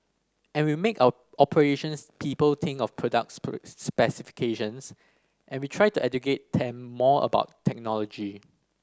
and we make our operations people think of products specifications and we try to educate them more about technology